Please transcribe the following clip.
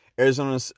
Arizona